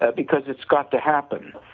ah because it's got to happen.